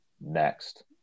Next